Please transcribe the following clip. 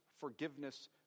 forgiveness